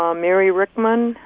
um mary rieckmann.